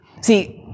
See